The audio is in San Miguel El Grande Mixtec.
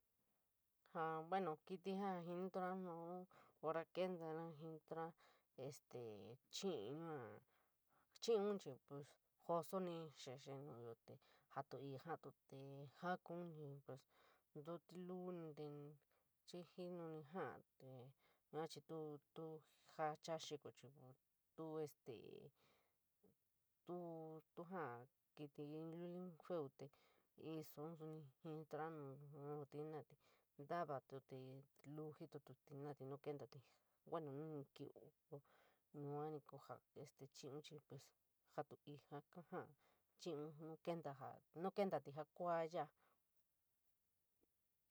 Ja buena kiít jaa jiniituro noun inoo kentara jiniitura ate chiñin yua, chiñin chiñ pas jesoni xexe noyaa te jaaíri jaaiutú tee, jatioun pas intuliñu ñi ten ñii jininí saá te yua chiñ to ña joké chiko chií teu este tuo tua jad kií lulin feuje in isoun soun, jiniituro nou nuti ñentaúte intauríritu ñu jitiúút jenaidé te no kentafí, bueno ñu kiuí, yuaní kuu jaa este chiñin chiñ pas jaliú jjaa chiñin ñu kenta ja, ñu kentaúte jaa kua yaua.